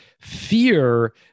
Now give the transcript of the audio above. fear